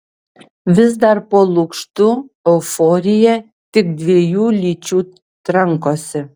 vis dar po lukštu euforija tik dviejų lyčių trankosi